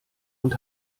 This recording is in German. und